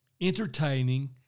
entertaining